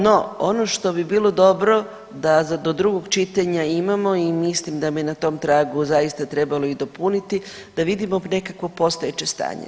No, ono što bi bilo dobro da do drugog čitanja imamo i mislim da bi na tom tragu zaista trebalo i dopuniti, da vidimo nekakvo postojeće stanje.